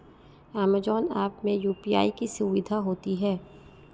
Amazon app में UPI की सुविधा होती है